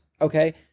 okay